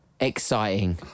exciting